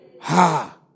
ha